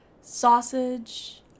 sausage